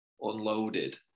unloaded